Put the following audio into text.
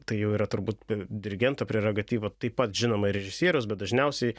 tai jau yra turbūt p dirigento prerogatyva taip pat žinoma ir režisierius bet dažniausiai